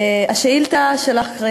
השאילתה שלך,